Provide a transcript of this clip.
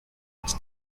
its